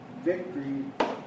victory